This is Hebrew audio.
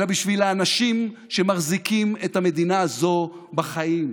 אלא בשביל האנשים שמחזיקים את המדינה הזאת בחיים: